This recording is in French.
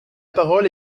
parole